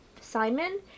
simon